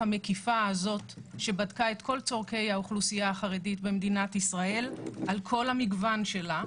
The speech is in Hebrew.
זו שבדקה את כל צורכי האוכלוסייה החרדית על כל זרמיה,